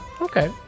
okay